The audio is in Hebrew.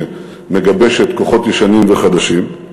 שמגבשת כוחות ישנים וחדשים.